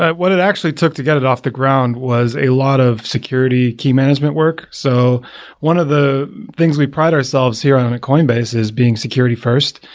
ah what it actually took to get it off the ground was a lot of security key management work. so one of the things we pride ourselves here on on coinbase is being security first.